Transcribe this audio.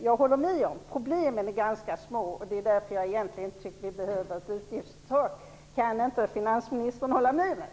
Jag håller med om att problemen är ganska små. Därför tycker jag inte att vi egentligen behöver ett utgiftstak. Kan inte finansministern hålla med mig?